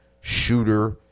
shooter